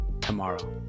tomorrow